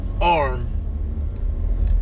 arm